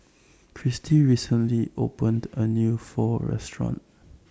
Christy recently opened A New Pho Restaurant